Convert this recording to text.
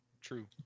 true